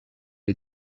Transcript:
les